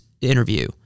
interview